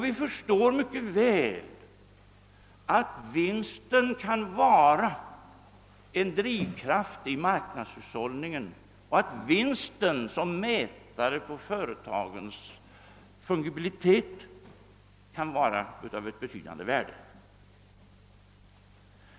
Vi förstår mycket väl att vinsten kan vara en drivkraft i marknadshushållningen och att vinsten som mätare på företagens fungibilitet kan vara av ett betydande värde.